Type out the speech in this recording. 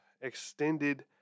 extended